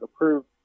approved